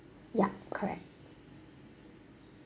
yup correct